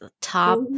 top